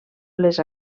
les